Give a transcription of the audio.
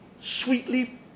sweetly